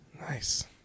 Nice